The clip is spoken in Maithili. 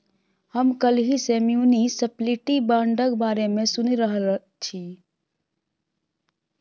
हम काल्हि सँ म्युनिसप्लिटी बांडक बारे मे सुनि रहल छी